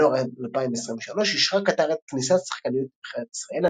בינואר 2023 אישרה קטר את כניסת שחקניות נבחרת ישראל,